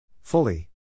Fully